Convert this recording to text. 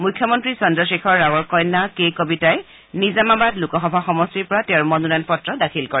মুখ্যমন্তী চন্দ্ৰশেখৰ ৰাৱৰ কন্যা কে কবিতাই নিজামাবাদ লোকসভা সমষ্টিৰ পৰা তেওঁৰ মনোনয়ন পত্ৰ দাখিল কৰে